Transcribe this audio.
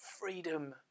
Freedom